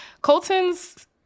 Colton's